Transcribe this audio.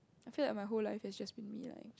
I feel like my whole life has just been me lying